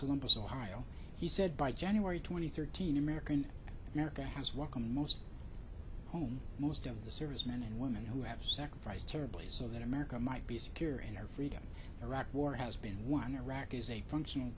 columbus ohio he said by january twenty third teen american america has welcomed most home most of the servicemen and women who have sacrificed terribly so that america might be secure in their freedom iraq war has been one iraq is a function